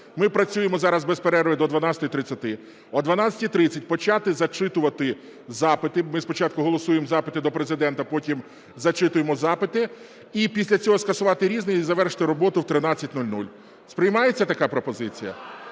Ми працюємо зараз без перерви до 12:30, о 12:30 почати зачитувати запити. Ми спочатку голосуємо запити до Президента, потім зачитуємо запити. І після цього скасувати "Різне" і завершити роботу о 13:00. Сприймається така пропозиція?